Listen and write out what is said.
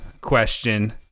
question